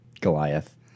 Goliath